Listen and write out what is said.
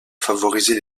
favoriser